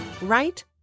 Right